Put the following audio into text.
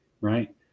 right